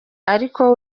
ariko